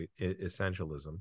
essentialism